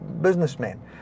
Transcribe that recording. businessmen